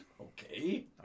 Okay